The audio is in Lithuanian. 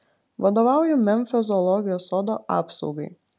vadovauju memfio zoologijos sodo apsaugai